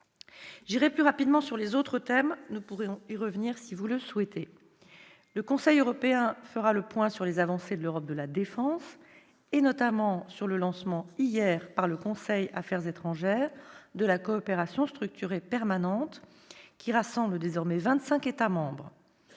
J'évoquerai plus rapidement les autres thèmes ; nous pourrons y revenir si vous le souhaitez. Le Conseil européen fera le point sur les avancées de l'Europe de la défense et, notamment, sur le lancement par le Conseil « Affaires étrangères », hier, de la coopération structurée permanente, qui rassemble désormais vingt-cinq États membres.